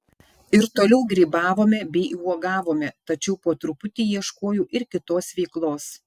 ir toliau grybavome bei uogavome tačiau po truputį ieškojau ir kitos veiklos